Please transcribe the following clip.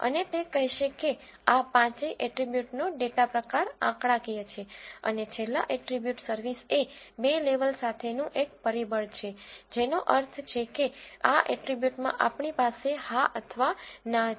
અને તે કહેશે કે આ પાંચેય એટ્રીબ્યુટનો ડેટા પ્રકાર આંકડાકીય છે અને છેલ્લા એટ્રિબ્યુટ સર્વિસ એ બે લેવલ સાથેનું એક પરિબળ છે જેનો અર્થ છે કે આ એટ્રીબ્યુટમાં આપણી પાસે હા અથવા ના છે